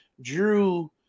Drew